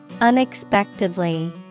Unexpectedly